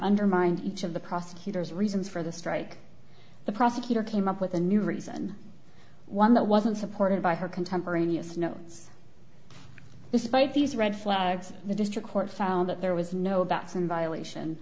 undermined each of the prosecutor's reasons for the strike the prosecutor came up with a new reason one that wasn't supported by her contemporaneous notes despite these red flags the district court found that there was no batson violation